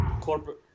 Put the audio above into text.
Corporate